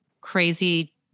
crazy